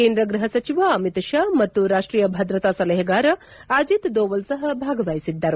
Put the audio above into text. ಕೇಂದ್ರ ಗೃಹ ಸಚಿವ ಅಮಿತ್ ಶಾ ಮತ್ತು ರಾಷ್ಟೀಯ ಭದ್ರತಾ ಸಲಹೆಗಾರ ಅಜಿತ್ ದೋವಲ್ ಸಹ ಭಾಗವಹಿಸಿದ್ದರು